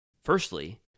firstly